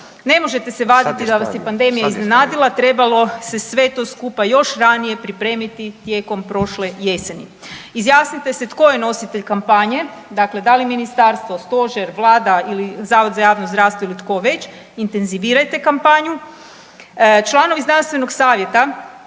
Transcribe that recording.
Ne možete se vaditi da vas je pandemija iznenadila, trebalo se sve to skupa još ranije pripremiti tijekom prošle jeseni. Izjasnite se tko je nositelj kampanje, dakle da li ministarstvo, stožer, vlada ili Zavod za javno zdravstvo ili tko već, intenzivirajte kampanju. Članovi znanstvenog savjeta